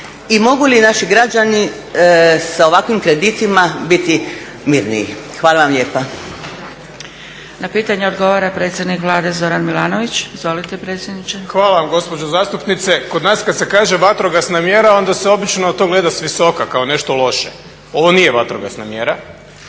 i mogu li naši građani sa ovakvim kreditima biti mirniji. Hvala vam lijepa. **Zgrebec, Dragica (SDP)** Na pitanje odgovara predsjednik Vlade Zoran Milanović. Izvolite predsjedniče. **Milanović, Zoran (SDP)** Hvala vam gospođo zastupnice. Kod nas kad se kaže vatrogasna mjera onda se obično to gleda s visoka kao nešto loše. Ovo nije vatrogasna mjera,